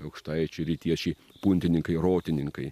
aukštaičiai rytiečiai puntininkai rotininkai